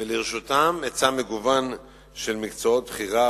ולרשותם היצע מגוון של מקצועות בחירה